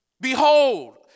behold